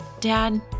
Dad